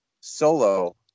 solo